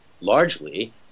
largely